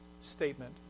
statement